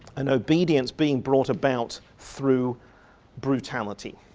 and obedience being brought about through brutality.